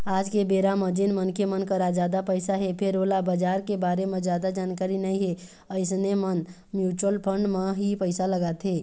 आज के बेरा म जेन मनखे मन करा जादा पइसा हे फेर ओला बजार के बारे म जादा जानकारी नइ हे अइसन मन म्युचुअल फंड म ही पइसा लगाथे